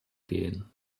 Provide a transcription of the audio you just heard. gehen